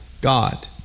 God